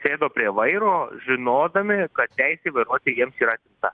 sėdo prie vairo žinodami kad teisė vairuoti jiems yra atimta